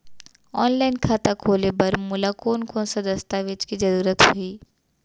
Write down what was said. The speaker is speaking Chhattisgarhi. ऑनलाइन खाता खोले बर मोला कोन कोन स दस्तावेज के जरूरत होही?